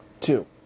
two